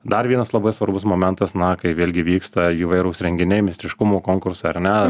dar vienas labai svarbus momentas na kai vėlgi vyksta įvairūs renginiai meistriškumo konkursai ar ne